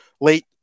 late